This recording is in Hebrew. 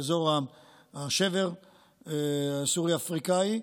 באזור השבר הסורי-אפריקאי,